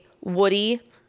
Woody